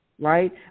right